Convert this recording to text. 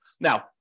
Now